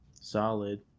solid